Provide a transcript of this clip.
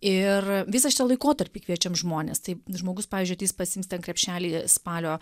ir visą šitą laikotarpį kviečiam žmones tai žmogus pavyzdžiui ateis pasiims ten krepšelį spalio